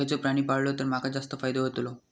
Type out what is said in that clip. खयचो प्राणी पाळलो तर माका जास्त फायदो होतोलो?